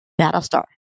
Battlestar